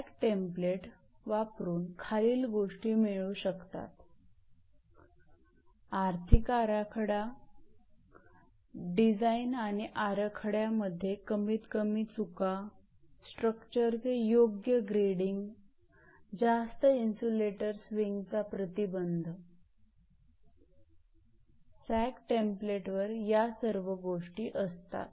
sag template वापरून खालील गोष्टी मिळू शकतात आर्थिक आराखडा डिझाईन आणि आराखड्यामध्ये कमीत कमी चुका स्ट्रक्चरचे योग्य ग्रेडिंग जास्त इन्सुलेटर स्विंगचा प्रतिबंध सॅग टेम्प्लेटवर या सर्व गोष्टी असतात